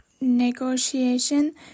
negotiation